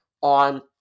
on